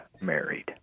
married